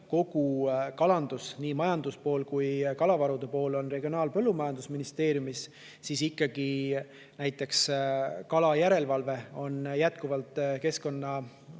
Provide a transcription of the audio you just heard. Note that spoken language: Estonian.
kogu kalandus, nii majanduspool kui ka kalavarude pool, on Regionaal‑ ja Põllumajandusministeeriumis, siis näiteks kalajärelevalve on jätkuvalt Keskkonnaametis,